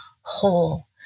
whole